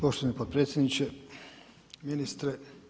Poštovani potpredsjedniče, ministre.